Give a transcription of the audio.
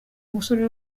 musore